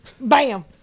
bam